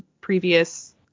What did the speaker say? previous